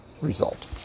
result